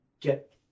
get